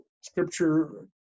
Scripture